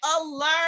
alert